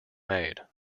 made